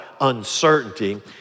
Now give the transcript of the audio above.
uncertainty